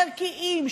ערכיים,